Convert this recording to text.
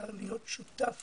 ובעיקר להיות שותף